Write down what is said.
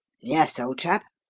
yes, old chap?